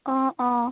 অঁ অঁ